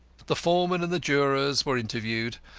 the foreman and the jurors were interviewed,